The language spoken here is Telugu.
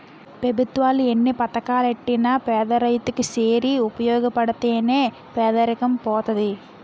పెభుత్వాలు ఎన్ని పథకాలెట్టినా పేదరైతు కి సేరి ఉపయోగపడితే నే పేదరికం పోతది